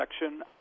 section